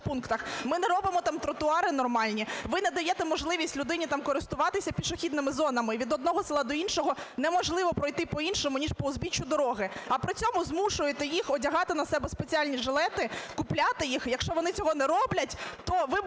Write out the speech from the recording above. Ми не робимо там тротуари нормальні. Ви не даєте можливість людині користуватись пішохідними зонами. Від одного села до іншого неможливо пройти по-іншому, ніж по узбіччю дороги. А при цьому змушуєте їх одягати на себе спеціальні жилети, купляти їх. І якщо вони цього не роблять, то ви будете